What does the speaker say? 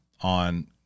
on